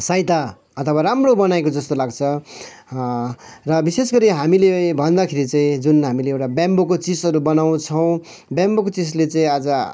सहायता अथवा राम्रो बनाएको जस्तो लाग्छ र विशेष गरी हामीले भन्दाखेरि चाहिँ जुन हामीले एउटा ब्याम्बोको चिजहरू बनाउँछौँ ब्याम्बोको चिजले चाहिँ आज